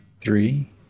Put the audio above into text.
three